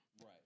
Right